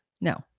No